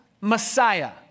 Messiah